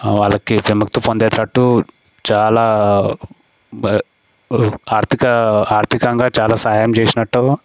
వాళ్లకి విముక్తి పొందేటట్టు చాలా ఆర్థిక ఆర్థికంగా చాలా సాయం చేసినట్టు